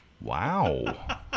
Wow